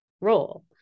role